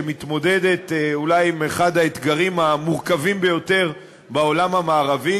שמתמודדת אולי עם אחד האתגרים המורכבים ביותר בעולם המערבי,